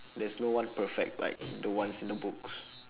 there's no one perfect like the ones in the books